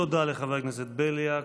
תודה לחבר הכנסת בליאק.